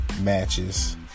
matches